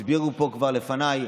הסבירו פה כבר לפניי